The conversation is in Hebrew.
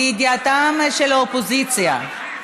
לידיעת האופוזיציה,